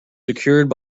secured